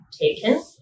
taken